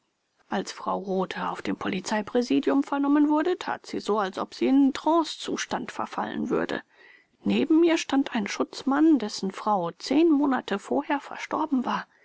als frau rothe auf dem polizeipräsidium vernommen wurde tat sie so als ob sie in trancezustand verfallen würde neben mir stand ein schutzmann dessen frau zehn monate vorher verstorben war